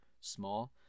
small